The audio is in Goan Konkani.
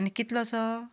आनी कितलोसो